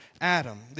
Adam